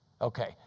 Okay